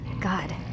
God